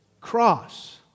cross